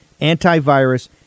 antivirus